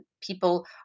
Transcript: people